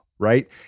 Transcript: right